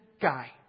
guy